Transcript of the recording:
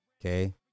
Okay